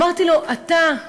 אמרתי לו: אתה,